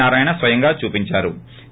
నారాయణ స్వయంగా చూపించారు